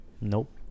Nope